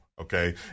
okay